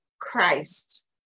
Christ